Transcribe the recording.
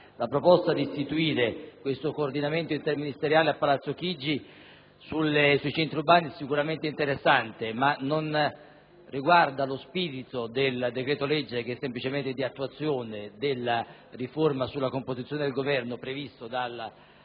La proposta di istituire a palazzo Chigi questo coordinamento interministeriale sui centri urbani è sicuramente interessante ma non riguarda lo spirito del decreto-legge, che è semplicemente di attuazione della riforma sulla composizione del Governo prevista dalla legge